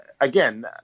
Again